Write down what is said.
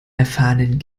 erfahrenen